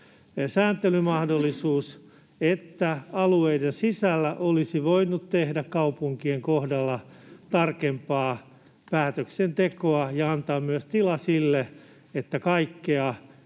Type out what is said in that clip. sääntelymahdollisuus, että alueiden sisällä olisi voinut tehdä kaupunkien kohdalla tarkempaa päätöksentekoa ja antaa myös tila sille, että kaikkea